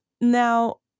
Now